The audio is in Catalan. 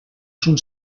són